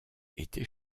était